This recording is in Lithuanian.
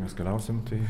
mes keliausim tai